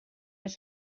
les